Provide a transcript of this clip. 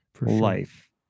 life